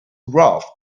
ralph